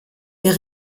ihr